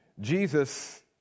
Jesus